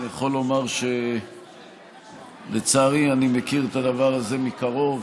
אני יכול לומר שלצערי אני מכיר את הדבר הזה מקרוב.